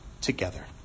together